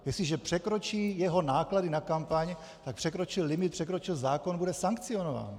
Jestliže překročí jeho náklady na kampaň, tak překročí limit, překročil zákon, bude sankcionován.